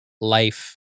life